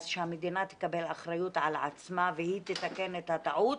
אז שהמדינה תקבל אחריות על עצמה ושתתקן את הטעות